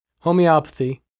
homeopathy